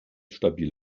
stabil